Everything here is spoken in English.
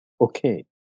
Okay